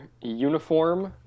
uniform